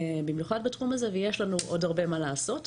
במיוחד בתחום הזה, ויש לנו עוד הרבה מה לעשות.